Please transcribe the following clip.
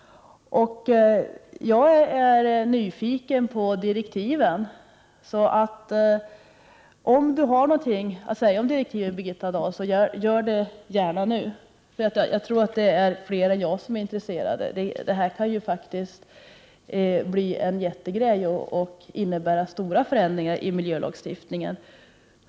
Jag är nyfiken på direktiven. Om Birgitta Dahl har något att säga om direktiven vill vi gärna höra det nu. Jag tror att det är flera än jag som är intresserade. Detta kan bli en mycket stor sak och så småningom innebära stora förändringar i miljölagstiftningen.